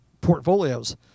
Portfolios